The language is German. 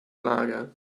lager